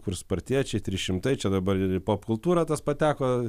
kur spartiečiai trys šimtai čia dabar ir į popkultūrą tas pateko